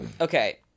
okay